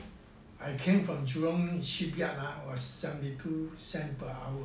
I came from jurong shipyard ah was seventy two cent per hour